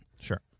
Sure